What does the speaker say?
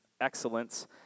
excellence